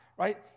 right